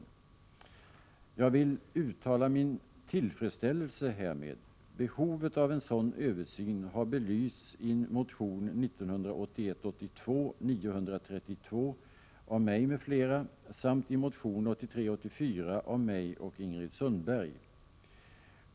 Jag vill uttala min tillfredsställelse härmed. Behovet av en sådan översyn har belysts i motion 1981 84 av mig och Ingrid Sundberg.